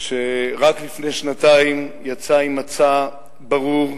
שרק לפני שנתיים יצא עם מצע ברור,